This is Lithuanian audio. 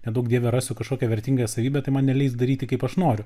neduok dieve rasiu kažkokią vertingąją savybę tai man neleis daryti kaip aš noriu